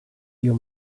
you